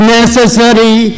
necessary